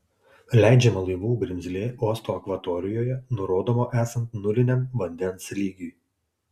leidžiama laivų grimzlė uosto akvatorijoje nurodoma esant nuliniam vandens lygiui